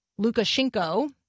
Lukashenko